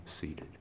seated